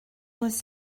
was